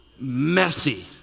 Messy